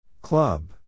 Club